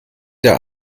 der